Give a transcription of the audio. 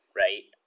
right